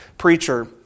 preacher